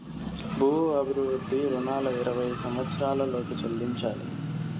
భూ అభివృద్ధి రుణాలు ఇరవై సంవచ్చరాల లోపు చెల్లించాలి